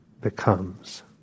becomes